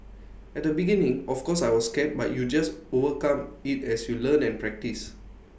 at the beginning of course I was scared but you just overcome IT as you learn and practice